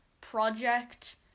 project